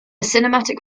cinematic